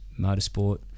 motorsport